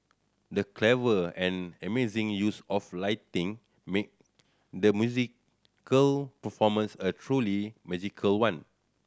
the clever and amazing use of lighting made the musical performance a truly magical one